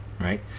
right